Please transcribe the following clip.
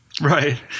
Right